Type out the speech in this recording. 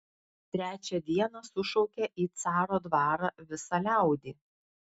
trečią dieną sušaukė į caro dvarą visą liaudį